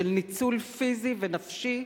של ניצול פיזי ונפשי,